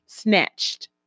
snatched